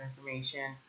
information